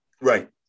Right